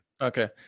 Okay